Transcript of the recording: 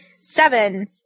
Seven